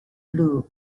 blue